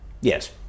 Yes